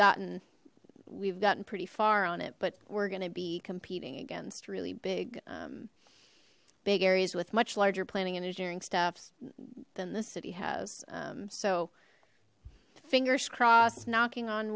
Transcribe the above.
gotten we've gotten pretty far on it but we're going to be competing against really big big areas with much larger planning engineering staffs than this city has so fingers crossed knocking on